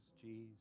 Jesus